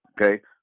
Okay